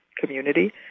community